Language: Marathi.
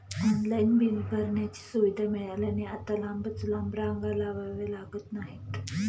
ऑनलाइन बिल भरण्याची सुविधा मिळाल्याने आता लांबच लांब रांगा लावाव्या लागत नाहीत